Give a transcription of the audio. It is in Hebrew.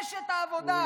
אשת העבודה,